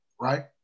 right